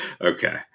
Okay